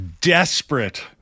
desperate